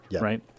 right